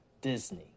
Disney